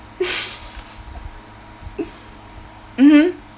mmhmm